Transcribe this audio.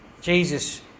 Jesus